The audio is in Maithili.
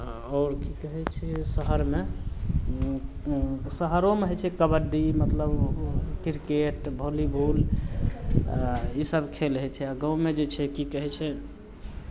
आओर की कहै छै शहरमे शहरोमे होइ छै कबड्डी मतलब क्रिकेट वॉलीबॉल आ इसभ खेल होइ छै आ गाँवमे जे छै की कहै छै